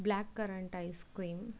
black currant icecream